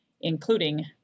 including